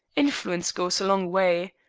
influence goes a long way.